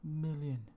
million